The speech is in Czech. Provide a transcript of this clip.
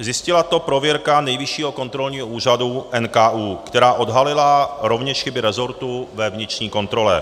Zjistila to prověrka Nejvyššího kontrolního úřadu NKÚ, která odhalila rovněž chyby rezortu ve vnitřní kontrole.